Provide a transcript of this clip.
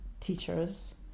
teachers